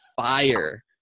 fire